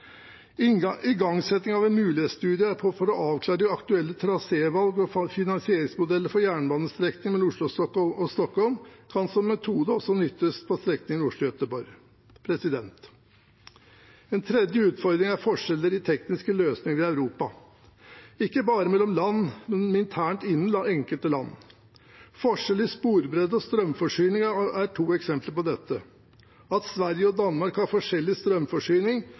Igangsetting av en mulighetsstudie for å avklare aktuelle trasévalg og finansieringsmodeller for jernbanestrekningen Oslo–Stockholm kan som metode også benyttes på strekningen Oslo–Göteborg. En tredje utfordring er forskjeller i tekniske løsninger i Europa – ikke bare mellom land, men også internt i enkelte land. Forskjeller i sporbredde og strømforsyning er to eksempler på dette. At Sverige og Danmark har forskjellig strømforsyning,